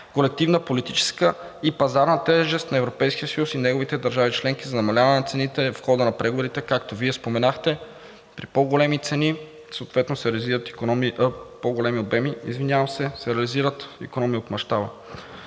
колективна политическа и пазарна тежест на Европейския съюз и неговите държави членки за намаляване на цените в хода на преговорите, както Вие споменахте, при по-големи цени съответно се реализират икономии от мащаба.